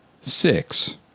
six